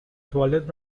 توالت